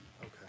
Okay